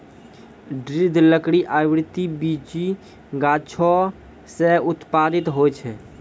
दृढ़ लकड़ी आवृति बीजी गाछो सें उत्पादित होय छै?